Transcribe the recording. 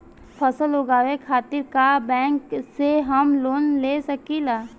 फसल उगावे खतिर का बैंक से हम लोन ले सकीला?